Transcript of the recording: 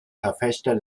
verfechter